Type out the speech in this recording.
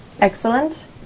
Excellent